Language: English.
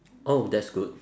oh that's good